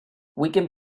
weakened